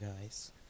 guys